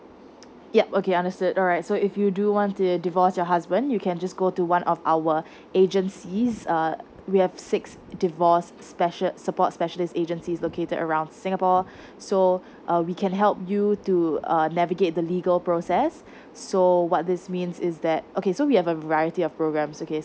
yup okay understood all right so if you do want to divorce your husband you can just go to one of our agencies err we have six divorce special support specialist agencies located around singapore so uh we can help you to uh navigate the legal process so what this means is that okay so we have a variety of programmes okay